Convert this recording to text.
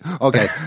Okay